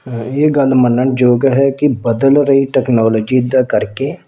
ਇਹ ਗੱਲ ਮੰਨਣ ਯੋਗ ਹੈ ਕਿ ਬਦਲ ਰਹੀ ਟੈਕਨੋਲੋਜੀ ਦਾ ਕਰਕੇ